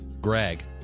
Greg